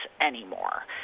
anymore